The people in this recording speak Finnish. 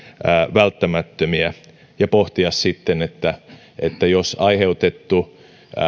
välttämättömiä ja pohtia sitten että että jos aiheutettu